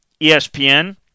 ESPN